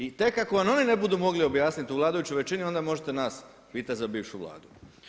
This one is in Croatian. I tek ako vam oni ne budu mogli objasnit tu vladajuću većinu, onda možete nas pitati za bivšu vladu.